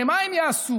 הרי מה הם יעשו?